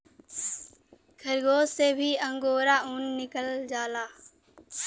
खरगोस से भी अंगोरा ऊन निकालल जाला